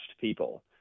people